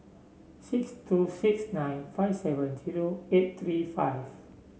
six two six nine five seven zero eight three five